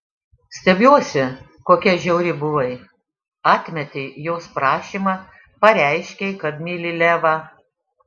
stebiuosi kokia žiauri buvai atmetei jos prašymą pareiškei kad myli levą